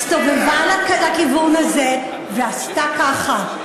הסתובבה לכיוון הזה ועשתה ככה: